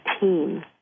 team